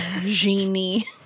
genie